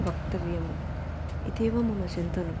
वक्तव्यम् इत्येव मम चिन्तनम्